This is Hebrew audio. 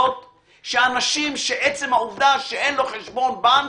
שאדם שעצם העובדה שאין לו חשבון בנק,